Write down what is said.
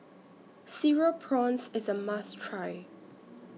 Cereal Prawns IS A must Try